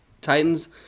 Titans